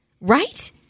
Right